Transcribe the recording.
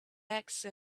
axe